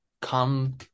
come